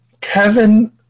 Kevin